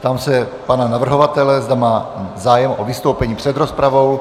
Ptám se pana navrhovatele, zda má zájem o vystoupení před rozpravou.